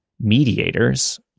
Mediators